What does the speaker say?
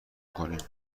کنیم